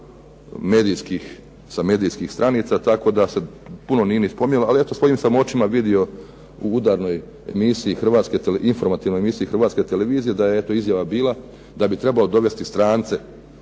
brzo skinuta sa medijskih stranica tako da se puno nije ni spominjalo ali eto svojim sam očima vidio u udarnoj informativnoj emisiji Hrvatske televizije da je eto izjava bila da bi trebalo dovesti strance